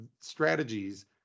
strategies